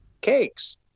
cakes